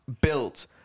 built